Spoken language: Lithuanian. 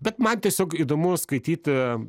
bet man tiesiog įdomu skaityti